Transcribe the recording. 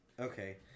Okay